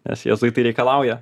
nes jėzuitai reikalauja